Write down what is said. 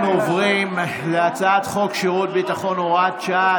אנחנו עוברים להצעת חוק שירות ביטחון (הוראת שעה)